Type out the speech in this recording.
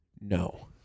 No